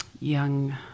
young